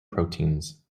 proteins